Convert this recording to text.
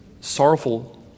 sorrowful